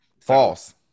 False